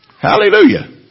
Hallelujah